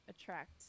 attract